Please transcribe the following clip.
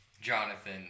Jonathan